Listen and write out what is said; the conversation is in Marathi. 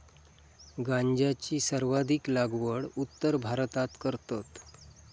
गांजाची सर्वाधिक लागवड उत्तर भारतात करतत